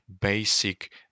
basic